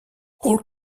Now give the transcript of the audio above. all